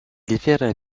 diffèrent